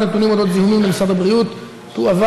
נתונים על אודות זיהומים למשרד הבריאות תועבר,